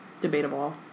debatable